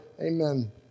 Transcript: Amen